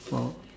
!wow!